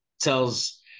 tells